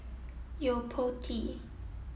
Yo Po Tee